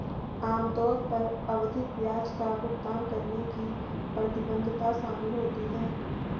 आम तौर पर आवधिक ब्याज का भुगतान करने की प्रतिबद्धता शामिल होती है